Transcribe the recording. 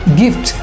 gift